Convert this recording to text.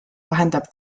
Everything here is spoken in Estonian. vahendab